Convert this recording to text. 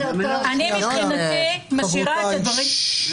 אני מבחינתי משאירה את הדברים --- חברותיי